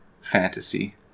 fantasy